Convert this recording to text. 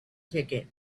ticket